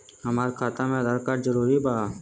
हमार खाता में आधार कार्ड जरूरी बा?